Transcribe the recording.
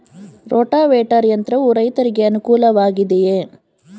Rotavator ಯಂತ್ರವು ರೈತರಿಗೆ ಅನುಕೂಲ ವಾಗಿದೆಯೇ?